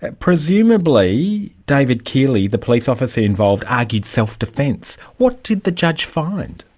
and presumably david kealy, the police officer involved, argued self-defence. what did the judge find?